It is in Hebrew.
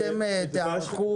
תיערכו